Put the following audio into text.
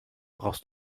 brauchst